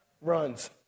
Runs